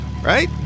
Right